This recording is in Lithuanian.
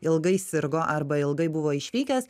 ilgai sirgo arba ilgai buvo išvykęs